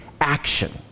action